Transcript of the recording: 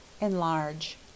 Enlarge